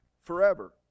forever